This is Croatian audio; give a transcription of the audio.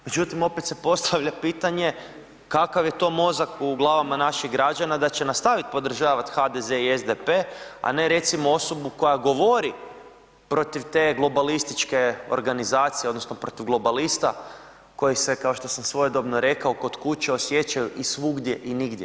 Međutim, opet se postavlja pitanje kakav je to mozak u glavama naših rađana da će nastavit podržavat HDZ i SDP, a ne recimo osobu koja govori protiv te globalističke organizacije odnosno protiv globalista koji se, kao što sam svojedobno rekao, kod kuće osjećaju i svugdje i nigdje.